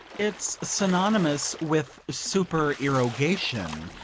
it's synonymous with supererogation,